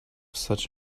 such